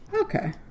Okay